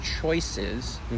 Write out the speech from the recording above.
choices